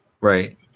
Right